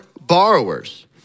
borrowers